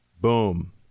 Boom